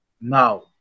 now